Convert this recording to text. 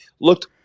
looked